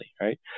Right